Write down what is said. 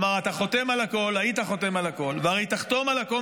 כלומר, היית חותם על הכול, והרי תחתום על הכול